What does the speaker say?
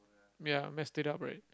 ya messed it up right